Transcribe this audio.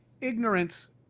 ignorance